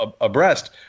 abreast